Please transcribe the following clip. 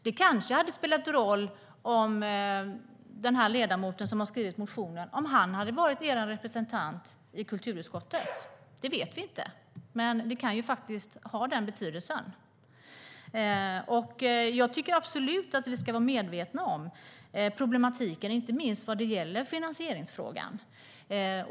Det kanske hade spelat en roll om ledamoten som har skrivit motionen hade varit er representant i kulturutskottet. Det vet vi inte, men det kan ha en betydelse. Jag tycker absolut att vi ska vara medvetna om problemen, inte minst vad gäller finansieringsfrågan.